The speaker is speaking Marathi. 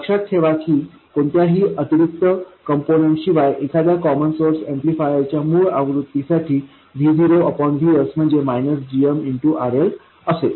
लक्षात ठेवा की कोणत्याही अतिरिक्त कंपोनंट शिवाय एखाद्या कॉमन सोर्स ऍम्प्लिफायर च्या मुळ आवृत्तीसाठी V0 Vs म्हणजे gm RL असेल